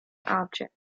object